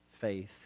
faith